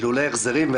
שלולא החזרים,